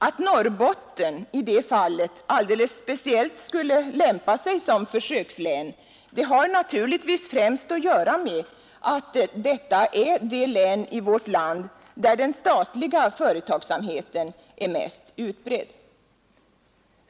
Att Norrbotten i det fallet alldeles speciellt skulle lämpa sig som försökslän har naturligtvis främst att göra med att detta är det län i vårt land där den statliga företagsamheten är mest utbredd.